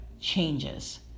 changes